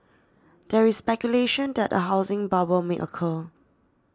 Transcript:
there is speculation that a housing bubble may occur